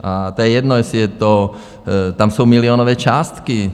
To je jedno, jestli je to tam jsou milionové částky.